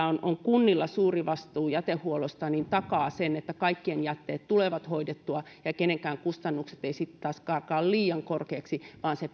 on on kunnilla suuri vastuu jätehuollosta takaa sen että kaikkien jätteet tulevat hoidettua ja kenenkään kustannukset eivät sitten taas karkaa liian korkeiksi vaan se